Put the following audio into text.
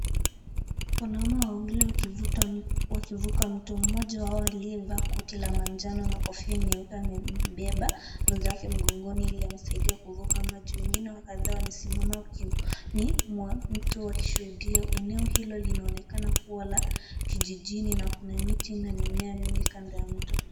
Wanaume wawili wakivuka mto, mmoja wao aliyevaa koti la manjano na kofia nyeupe amebeba mwenzake mgongoni ili amsaidie kuvuka maji. Wengine kadhaa wamesimama ukingoni mwa mto wakishuhudia. Eneo hili linaonekana kuwa ya kijijini na kuna miti na mimea mingi kando ya mto.